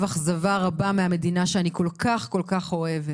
אכזבה רבה מהמדינה שאני כל כך כל כך אוהבת.